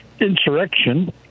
insurrection